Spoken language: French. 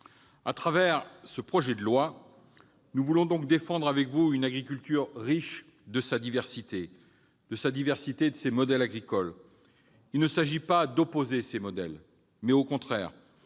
Au travers de ce projet de loi, nous voulons donc défendre avec vous une agriculture riche de la diversité de ses modèles agricoles. Il ne s'agit pas d'opposer ces modèles. Il faut au contraire